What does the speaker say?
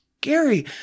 scary